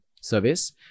service